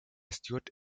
stuart